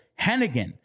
Hennigan